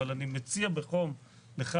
אבל אני מציע בחום לך,